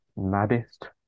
maddest